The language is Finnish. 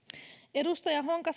edustaja honkasalon lakialoitteessa